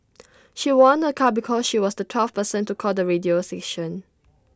she won A car because she was the twelfth person to call the radio station